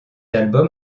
album